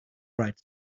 write